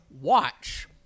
watch